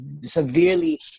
severely